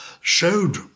showed